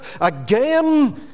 again